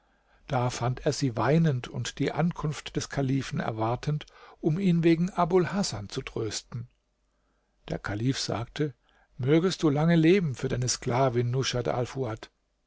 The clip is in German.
da fand er sie weinend und die ankunft des kalifen erwartend um ihn wegen abul hasan zu trösten der kalif sagte mögest du lange leben für deine sklavin rushat alfuad